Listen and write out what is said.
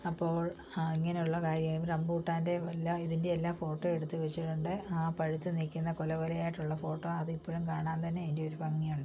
അപ്പോൾ ഇങ്ങനെയുള്ള കാര്യം റംബൂട്ടാന്റേയും എല്ലാം ഇതിൻ്റെ എല്ലാം ഫോട്ടോ എടുത്ത് വച്ചിട്ടുണ്ട് ആ പഴുത്ത് നിൽക്കുന്ന കുല കുല ആയിട്ടുള്ള ഫോട്ടോ അതിപ്പൊഴും കാണാൻ തന്നെ അതിൻ്റെ ഒരു ഭംഗിയുണ്ട്